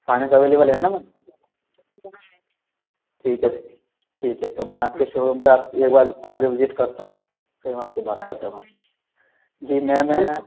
finance अवेलेवल है ना मैम ठीक है ठीक है तो मैं आपके शोरूम पर एक बार आ कर विज़िट करता हूँ फिर मैं आप से बात करता हूँ मैम जी मैम मैं